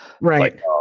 right